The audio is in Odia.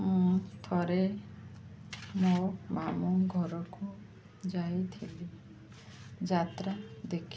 ମୁଁ ଥରେ ମୋ ମାମୁଁ ଘରକୁ ଯାଇଥିଲି ଯାତ୍ରା ଦେଖି